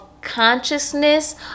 consciousness